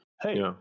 Hey